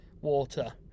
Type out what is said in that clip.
water